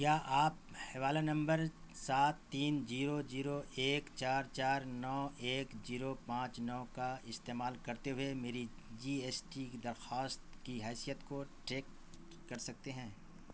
کیا آپ حوالہ نمبر سات تین جیرو جیرو ایک چار چار نو ایک جیرو پانچ نو کا استعمال کرتے ہوئے میری جی ایس ٹی کی درخواست کی حیثیت کو ٹریک کر سکتے ہیں